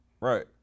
Right